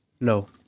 No